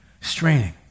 straining